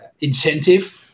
incentive